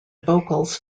vocals